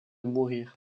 mourir